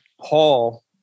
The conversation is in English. Paul